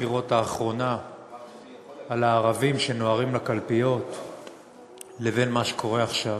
הבחירות האחרונה על הערבים שנוהרים לקלפיות לבין מה שקורה עכשיו,